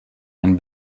ein